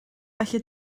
felly